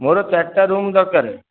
ମୋର ଚାରିଟା ରୁମ୍ ଦରକାର